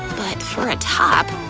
but for a top,